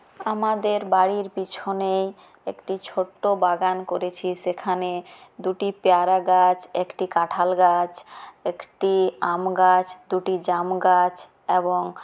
আমাদের বাড়ির পিছনেই একটি ছোট্ট বাগান করেছি সেখানে দুটি পেয়ারা গাছ একটি কাঁঠাল গাছ একটি আম গাছ দুটি জাম গাছ এবং